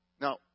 Now